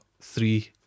three